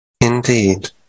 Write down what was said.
Indeed